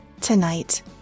tonight